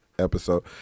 episode